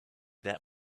that